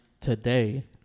today